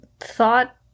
thought